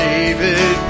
David